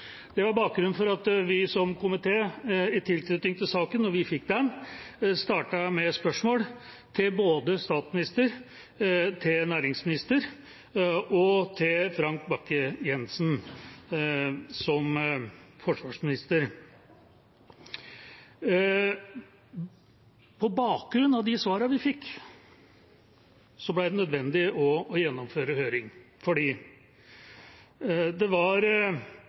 Det var bakgrunnen for at vi som komité, da vi fikk saken, startet med spørsmål til både statsministeren, næringsministeren og forsvarsminister Frank Bakke-Jensen. På bakgrunn av de svarene vi fikk, ble det nødvendig å gjennomføre høring, for det var